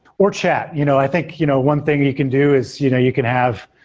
or chat. you know i think you know one thing and you can do is you know you can have